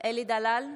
אלי דלל,